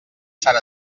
sant